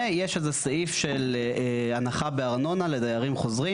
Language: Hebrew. ויש איזה סעיף של הנחה בארנונה לדיירים חוזרים,